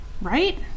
right